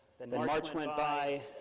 then march went by,